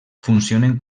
funcionen